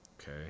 okay